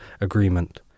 agreement